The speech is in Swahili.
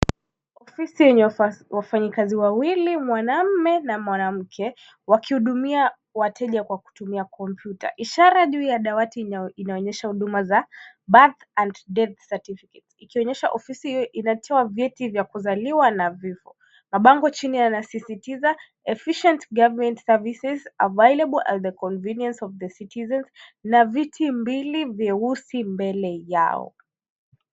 Ofisi yenye wafanyikazi wawili, mwanaume na mwanamke, wakihudumia wateja kwa kutumia kompyuta. Ishara juu ya dawati inaonyesha huduma za birth and death certificates , ikionyesha ofisi hiyo inatoa vyeti vya kuzaliwa na vifo. Mabango chini yanasisitiza efficient government services available at the convenience of the citizens na viti mbili vyeusi mbele yao.